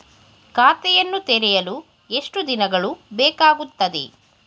ಖಾತೆಯನ್ನು ತೆರೆಯಲು ಎಷ್ಟು ದಿನಗಳು ಬೇಕಾಗುತ್ತದೆ?